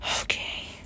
Okay